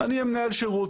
אני אהיה מנהל שירות,